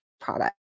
product